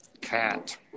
Cat